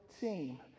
team